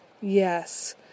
Yes